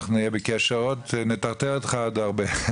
אנחנו נהיה בקשר, נטרטר אותך עוד הרבה.